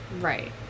Right